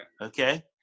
Okay